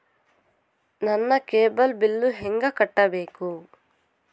ನನ್ನ cable bill ಹೆಂಗ ಕಟ್ಟಬೇಕು?